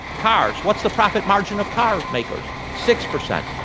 cars. what's the profit margin of car makers? six percent.